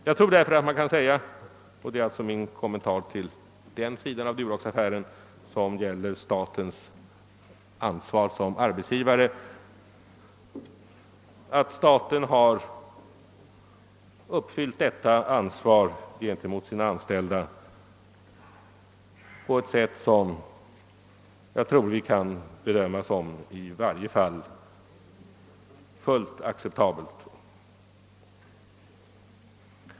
Jag tror därför att man kan säga — och det är alltså min kommentar till den sida av Duroxaffären som gäller statens ansvar som arbetsgivare — att staten har uppfyllt ansvaret gentemot sina anställda på ett sätt som kan bedömas såsom fullt acceptabelt.